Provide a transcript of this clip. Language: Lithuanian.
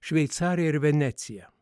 šveicariją ir veneciją